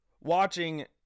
watching